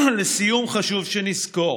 לסיום, חשוב שנזכור